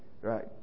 Right